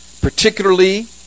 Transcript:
particularly